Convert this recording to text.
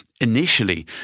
initially